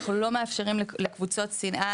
אנחנו לא מאפשרים לקבוצות שנאה,